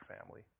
family